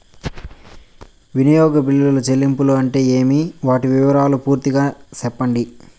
వినియోగ బిల్లుల చెల్లింపులు అంటే ఏమి? వాటి వివరాలు పూర్తిగా సెప్పండి?